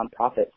nonprofits